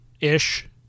ish